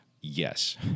yes